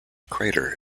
crater